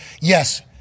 yes